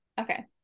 Okay